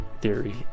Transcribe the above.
theory